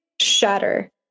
shatter